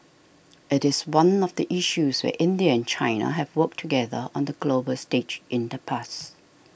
it is one of the issues where India and China have worked together on the global stage in the past